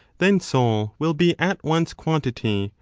then soul will be at once quantity,